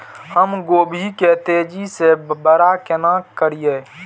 हम गोभी के तेजी से बड़ा केना करिए?